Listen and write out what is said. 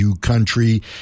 Country